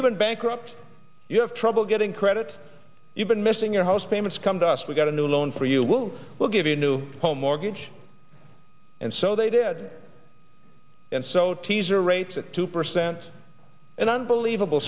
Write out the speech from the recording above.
you been bankrupt you have trouble getting credit you've been missing your house payments come to us we got a new loan for you will we'll give you a new home mortgage and so they did and so teaser rates at two percent an unbelievable